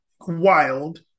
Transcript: Wild